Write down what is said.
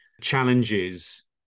challenges